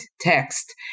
text